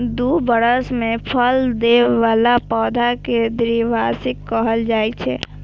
दू बरस मे फल दै बला पौधा कें द्विवार्षिक कहल जाइ छै